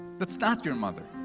that's not your mother.